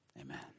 amen